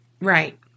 Right